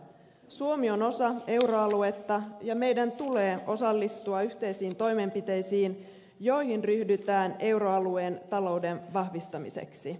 suomi on osa euroaluetta ja meidän tulee osallistua yhteisiin toimenpiteisiin joihin ryhdytään euroalueen talouden vahvistamiseksi